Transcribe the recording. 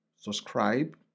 subscribe